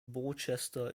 borchester